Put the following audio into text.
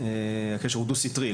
הקשר הוא דו-סטרי,